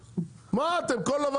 מה אתם כל דבר